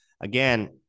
Again